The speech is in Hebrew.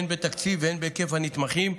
הן בתקציב והן בהיקף הנתמכים,